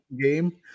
game